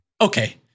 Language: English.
Okay